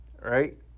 right